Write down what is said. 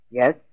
Yes